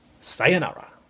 sayonara